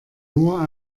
nur